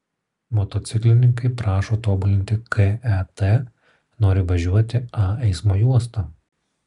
motociklininkai prašo tobulinti ket nori važiuoti a eismo juosta